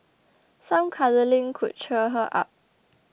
some cuddling could cheer her up